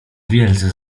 wielce